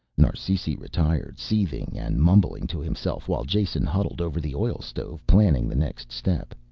narsisi retired, seething and mumbling to himself while jason huddled over the oil stove planning the next step.